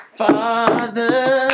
father